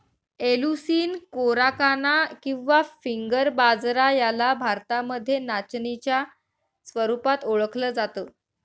Eleusine coracana किंवा finger बाजरा याला भारतामध्ये नाचणीच्या स्वरूपात ओळखल जात